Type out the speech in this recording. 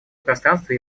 пространство